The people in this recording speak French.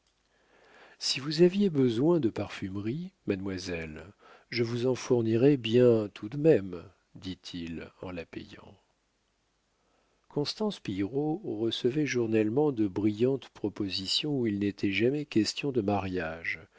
si vous aviez besoin de parfumeries mademoiselle je vous en fournirais bien tout de même dit-il en la payant constance pillerault recevait journellement de brillantes propositions où il n'était jamais question de mariage